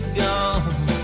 gone